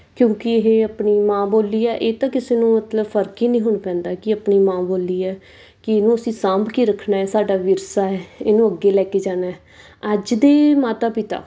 ਕਿਉਂਕਿ ਇਹ ਆਪਣੀ ਮਾਂ ਬੋਲੀ ਹੈ ਇਹ ਤਾਂ ਕਿਸੇ ਨੂੰ ਮਤਲਬ ਫਰਕ ਹੀ ਨਹੀਂ ਹੁਣ ਪੈਂਦਾ ਕਿ ਆਪਣੀ ਮਾਂ ਬੋਲੀ ਹੈ ਕਿ ਇਹਨੂੰ ਅਸੀਂ ਸਾਂਭ ਕੇ ਰੱਖਣਾ ਸਾਡਾ ਵਿਰਸਾ ਹੈ ਇਹਨੂੰ ਅੱਗੇ ਲੈ ਕੇ ਜਾਣਾ ਅੱਜ ਦੇ ਮਾਤਾ ਪਿਤਾ